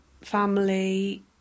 family